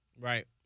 Right